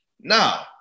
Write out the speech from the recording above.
Now